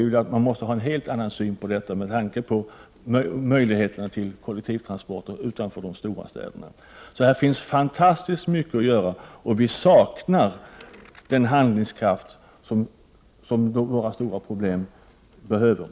Det behövs en helt annan syn på detta, med tanke på möjligheterna till kollektiva transporter utanför de stora städerna. Här finns alltså fantastiskt mycket att göra. Vi saknar den handlingskraft som behövs när det gäller de stora problem som finns.